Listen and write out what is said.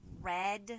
red